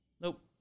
nope